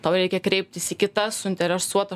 tau reikia kreiptis į kitas suinteresuotas